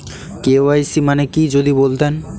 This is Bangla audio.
কে.ওয়াই.সি মানে কি যদি বলতেন?